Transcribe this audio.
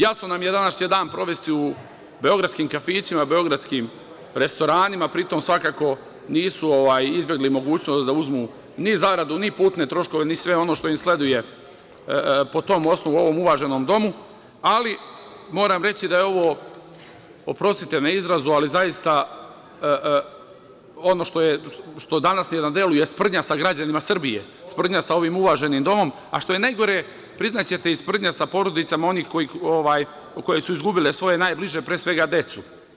Jasno nam je, danas će dan provesti u beogradskim kafićima, beogradskim restoranima, pri tom svakako nisu izbegli mogućnost da uzmu ni zaradu, ni putne troškove ni sve ono što im sleduje po tom osnovu u ovom uvaženom Domu, ali moram reći da je ovo, oprostite na izrazu, ali zaista ono što je danas na delu je sprdnja sa građanima Srbije, sprdnja sa ovim uvaženim Domom, a što je najgore, priznaćete i sprdnja sa porodicama onih koje su izgubile svoje najbliže, pre svega decu.